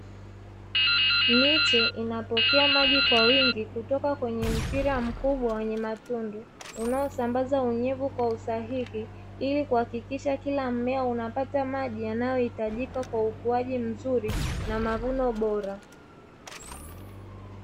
Miche inapokea maji kwa wingi kutoka kwenye mpira mkubwa wenye matundu unaosambaza unyevu kwa usahihi ili, kuhakikisha kila mmea unapata maji yanayohitajika kwa ukuaji mzuri na mavuno bora.